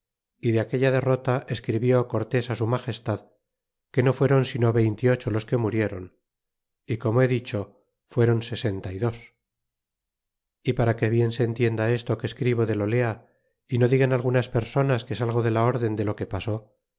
y de aquella derrota escribió cortés su magestad que no fueron sino veinte y ocho los que murieron y como he dicho fueron sesenta y dos y para que bien se entienda esto que escribo del olea y no digan algunas personas que salgo de ja orden de lo que pasó